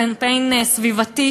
קמפיין סביבתי,